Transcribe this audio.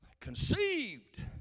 conceived